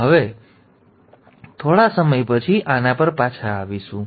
તેથી અમે હવેથી થોડા સમય પછી આના પર પાછા આવીશું